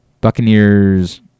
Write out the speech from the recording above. Buccaneers